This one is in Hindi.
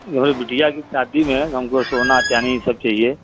वही बिटिया की शादी में हमको सोना चाँदी ये सब चाहिए